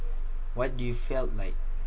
what do you felt like